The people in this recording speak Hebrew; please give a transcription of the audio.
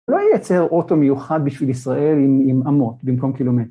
לא ייצר אוטו מיוחד בשביל ישראל עם אמות במקום קילומטר.